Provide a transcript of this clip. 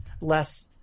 less